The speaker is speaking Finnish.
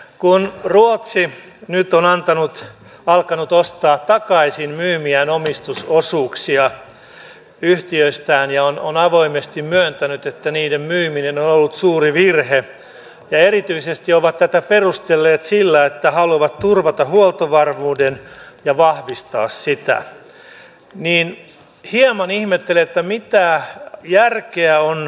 kun ruotsi nyt on alkanut ostaa takaisin myymiään omistusosuuksia yhtiöistään ja avoimesti myöntänyt että niiden myyminen on ollut suuri virhe ja erityisesti tätä perustellut sillä että he haluavat turvata huoltovarmuuden ja vahvistaa sitä niin hieman ihmettelen mitä järkeä on arctian myynnissä